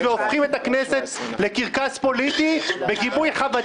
והופכים את הכנסת לקרקס פוליטי בגיבוי חוות